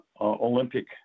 Olympic